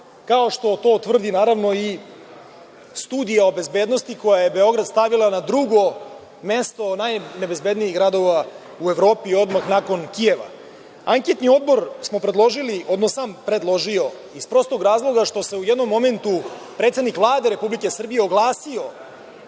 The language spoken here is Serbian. kao što to tvrdi, naravno, i studija o bezbednosti, koja je Beograd stavila na drugo mesto najnebezbednijih gradova u Evropi, odmah nakon Kijeva. Anketni odbor sam predložio iz prostog razloga što se u jednom momentu predsednik Vlade Republike Srbije oglasio